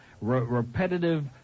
repetitive